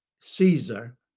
Caesar